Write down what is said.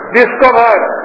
discovered